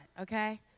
okay